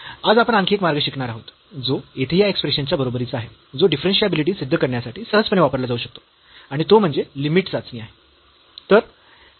आज आपण आणखी एक मार्ग शिकणार आहोत जो येथे या एक्स्प्रेशनच्या बरोबरीचा आहे जो डिफरन्शियाबिलिटी सिद्ध करण्यासाठी सहजपणे वापरला जाऊ शकतो आणि तो म्हणजे लिमिट चाचणी आहे